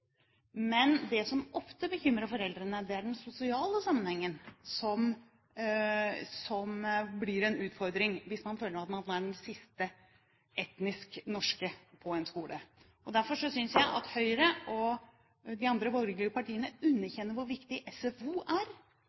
men det som ofte bekymrer foreldrene, er den sosiale sammenhengen, som blir en utfordring hvis man føler man er den siste etnisk norske på en skole. Derfor synes jeg at Høyre og de andre borgerlige partiene underkjenner hvor viktig SFO og alt det sosiale rundt skolen er